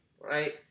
right